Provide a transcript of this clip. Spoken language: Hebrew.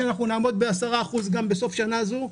שאנחנו נעמוד ב-10% בסוף שנה זו,